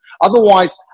Otherwise